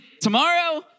tomorrow